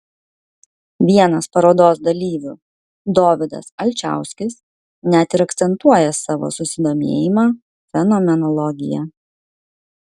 vienas parodos dalyvių dovydas alčauskis net ir akcentuoja savo susidomėjimą fenomenologija